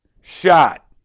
shot